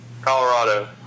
Colorado